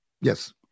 Yes